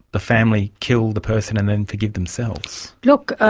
the family kill the person and then forgive themselves. look,